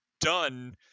done